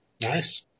Nice